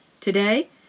Today